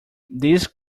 these